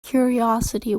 curiosity